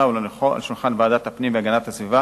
ולהניחו על שולחן ועדת הפנים והגנת הסביבה